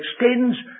extends